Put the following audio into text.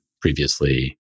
previously